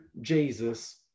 jesus